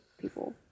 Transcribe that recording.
people